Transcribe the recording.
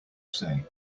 say